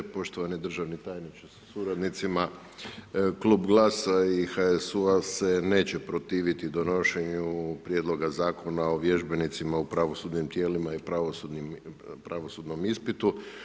Poštovani državni tajniče sa suradnicima, Klub GLAS-a i HSU-a se neće protiviti donošenju prijedloga zakona o vježbenicima u pravosudnim tijelima i pravosudnom ispitu.